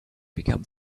become